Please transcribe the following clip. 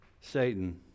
Satan